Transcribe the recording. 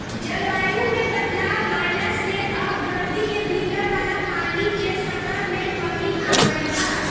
जलवायु में बदलाव आइला से अब धरती के भीतर वाला पानी के स्तर में कमी आ गईल बा